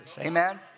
Amen